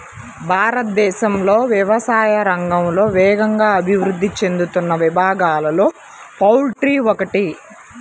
భారతదేశంలో వ్యవసాయ రంగంలో వేగంగా అభివృద్ధి చెందుతున్న విభాగాలలో పౌల్ట్రీ ఒకటి